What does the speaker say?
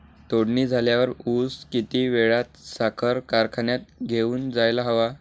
तोडणी झाल्यावर ऊस किती वेळात साखर कारखान्यात घेऊन जायला हवा?